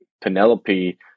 Penelope